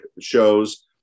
shows